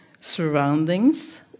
surroundings